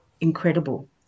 incredible